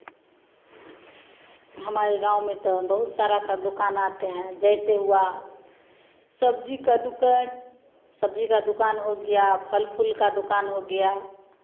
हमारे गाँव में तो बहुत सारा सा दुकान आते हैं जैसे हुआ सब्ज़ी का दुकान सब्ज़ी का दुकान हो गया फल फूल का दुकान हो गया